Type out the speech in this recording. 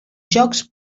jocs